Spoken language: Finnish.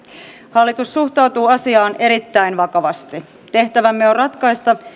hallitus suhtautuu asiaan erittäin vakavasti tehtävämme on ratkaista